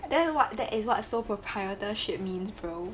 then what that is what a sole proprietorship means bro